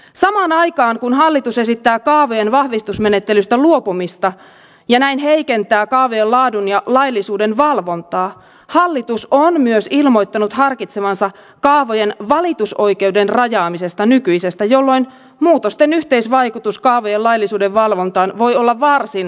samaan aikaan kun hallitus esittää kaavojen vahvistusmenettelystä luopumista ja näin heikentää kaavojen laadun ja laillisuuden valvontaa hallitus on myös ilmoittanut harkitsevansa kaavojen valitusoikeuden rajaamista nykyisestä jolloin muutosten yhteisvaikutus kaavojen laillisuuden valvontaan voi olla varsin radikaali